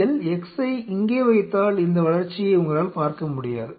நீங்கள் x யை இங்கே வைத்தால் இந்த வளர்ச்சியை உங்களால் பார்க்க முடியாது